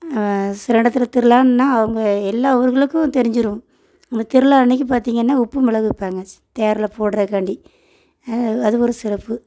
சில இடத்துல திருவிழான்னா அவங்க எல்லா ஊர்களுக்கும் தெரிஞ்சுரும் அந்த திருவிழா அன்றைக்கி பார்த்தீங்கன்னா உப்பு மிளகு விற்பாங்க தேரில் போடுறகாண்டி அது ஒரு சிறப்பு